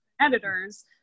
editors